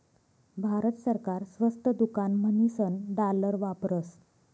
भारत सरकार स्वस्त दुकान म्हणीसन डालर वापरस